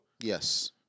Yes